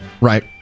Right